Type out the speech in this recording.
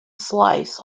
slice